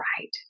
right